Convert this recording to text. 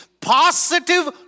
positive